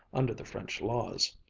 under the french laws.